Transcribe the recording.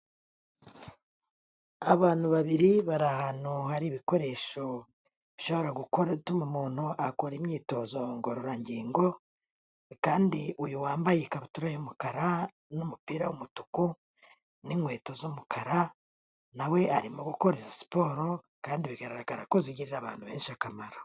Abantu babiri bari ahantu hari ibikoresho bishobora gutuma umuntu akora imyitozo ngororangingo kandi uyu wambaye ikabutura y'umukara n'umupira w'umutuku n'inkweto z'umukara, na we arimo gukora siporo kandi bigaragara ko zigirira abantu benshi akamaro.